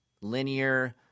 linear